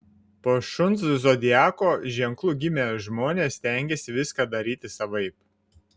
po šuns zodiako ženklu gimę žmonės stengiasi viską daryti savaip